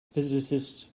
physicist